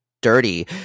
dirty